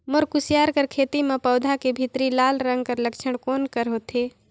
मोर कुसियार कर खेती म पौधा के भीतरी लाल रंग कर लक्षण कौन कर होथे?